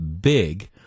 big